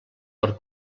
per